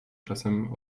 czasem